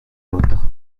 l’autre